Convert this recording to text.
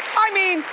i mean,